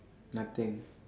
nothing